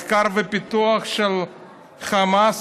מחקר ופיתוח של חמאס,